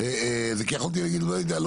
כי יכולתי להגיד לא יודע,